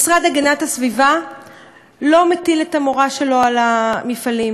המשרד להגנת הסביבה לא מטיל את המורא שלו על המפעלים.